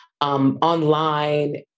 Online